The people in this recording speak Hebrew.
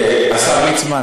השר ליצמן,